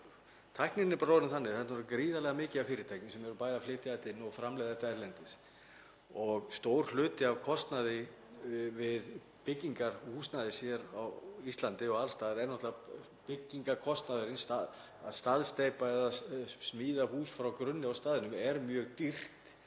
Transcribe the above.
tæknin er orðin þannig að það er gríðarlega mikið af fyrirtækjum sem eru bæði að flytja þetta inn og framleiða erlendis og stór hluti af kostnaði við byggingu húsnæðis hér á Íslandi og alls staðar er náttúrlega byggingarkostnaðurinn, að staðsteypa eða smíða hús frá grunni á staðnum er mjög dýrt.